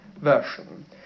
version